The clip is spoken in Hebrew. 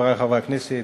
חברי חברי הכנסת,